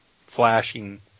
flashing